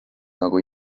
nagu